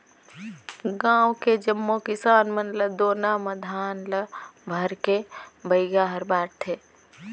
गांव के जम्मो किसान मन ल दोना म धान ल भरके बइगा हर बांटथे